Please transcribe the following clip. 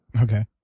Okay